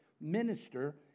minister